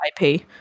IP